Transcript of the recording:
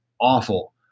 awful